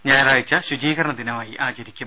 ഞായറാഴ്ച ശുചീകരണ ദിനമായി ആചരിക്കും